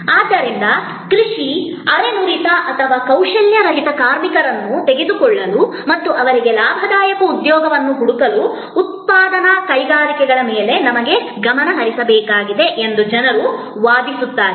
ಆದ್ದರಿಂದ ಕೃಷಿ ಅರೆ ನುರಿತ ಅಥವಾ ಕೌಶಲ್ಯರಹಿತ ಕಾರ್ಮಿಕರನ್ನು ತೆಗೆದುಕೊಳ್ಳಲು ಮತ್ತು ಅವರಿಗೆ ಲಾಭದಾಯಕ ಉದ್ಯೋಗವನ್ನು ಹುಡುಕಲು ಉತ್ಪಾದನಾ ಕೈಗಾರಿಕೆಗಳ ಮೇಲೆ ನಮಗೆ ಗಮನ ಬೇಕು ಎಂದು ಜನರು ವಾದಿಸುತ್ತಿದ್ದಾರೆ